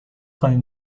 خواهیم